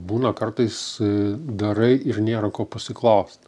būna kartais darai ir nėra ko pasiklaust